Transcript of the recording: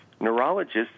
Neurologists